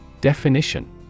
Definition